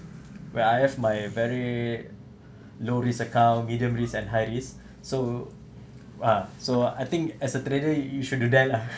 where I have my very low risk account medium risk and high risk so ah so I think as a trader you should do that lah